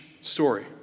story